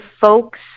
folks